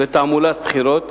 ותעמולת בחירות,